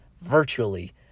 virtually